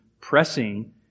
pressing